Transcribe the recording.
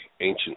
ancient